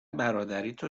برادریتو